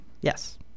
Yes